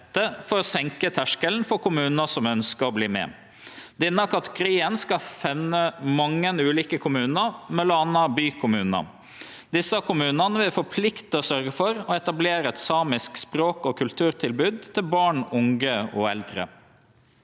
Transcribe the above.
for å senke terskelen for kommunar som ønskjer å verte med. Denne kategorien skal femne mange ulike kommunar, m.a. bykommunar. Desse kommunane vil få plikt til å sørgje for å etablere eit samisk språk- og kulturtilbod til barn, unge og eldre.